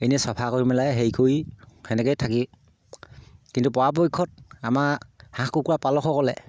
এনেই চফা কৰি হেৰি কৰি সেনেকৈয়ে থাকি কিন্তু পৰাপক্ষত আমাৰ হাঁহ কুকুৰা পালকসকলে